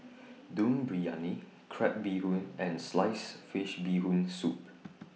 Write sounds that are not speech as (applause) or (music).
Dum Briyani Crab Bee Hoon and Sliced Fish Bee Hoon Soup (noise)